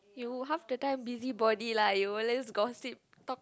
you half the time busybody lah !aiyo! let's gossip talk